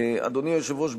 אדוני היושב-ראש,